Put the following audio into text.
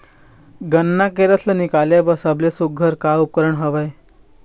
गन्ना के रस ला निकाले बर सबले सुघ्घर का उपकरण हवए?